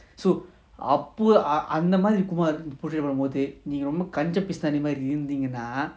so அப்போஅந்தமாதிரி:apo andha madhiri kumar portray பண்ணும்போதுநீங்கரொம்பகஞ்சபிசுநாரிமாதிரிஇருந்தீங்கனா:pannumpothu neenga romba kanjapisunari madhiri irunthengana